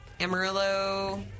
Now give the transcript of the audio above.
Amarillo